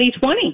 2020